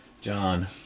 John